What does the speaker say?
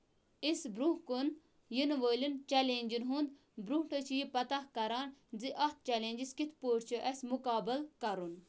أسۍ برونہہ کُن ییٚنہٕ وٲلین چیلینجن ہُند برونٹھٕے چھُ یہِ پَتہ کران زِ اَتھ چیلینجَس کِتھ پٲٹھۍ چھِ اَسہِ مُقابل کَرُن